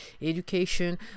education